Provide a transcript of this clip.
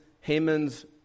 Haman's